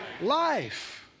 Life